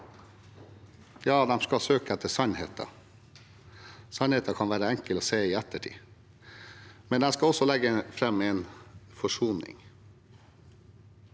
Ja, de skal søke etter sannheten. Sannheten kan være enkel å se i ettertid, men de skal også legge fram en forsoning.